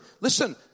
Listen